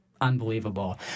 unbelievable